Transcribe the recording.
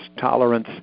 tolerance